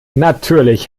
natürlich